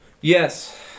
Yes